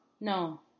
No